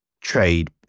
trade